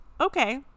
okay